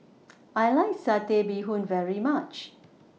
I like Satay Bee Hoon very much